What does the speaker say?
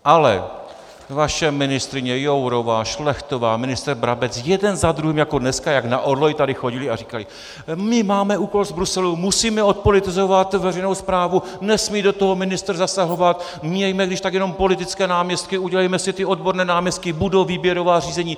Ale vaše ministryně Jourová, Šlechtová, ministr Brabec, jeden za druhým jako dneska, jak na orloji, tady chodili a říkali: My máme úkol z Bruselu, musíme odpolitizovat veřejnou správu, nesmí do toho ministr zasahovat, mějme kdyžtak jenom politické náměstky, udělejme si ty odborné náměstky, budou výběrová řízení.